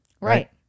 Right